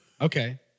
Okay